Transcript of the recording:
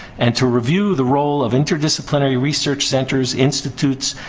and to review the role of interdisciplinary research centers, institutes,